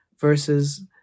versus